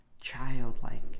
childlike